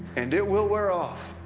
and it will wear off